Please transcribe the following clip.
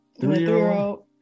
three-year-old